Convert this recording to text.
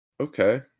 Okay